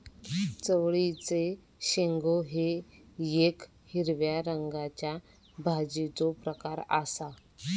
चवळीचे शेंगो हे येक हिरव्या रंगाच्या भाजीचो प्रकार आसा